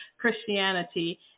Christianity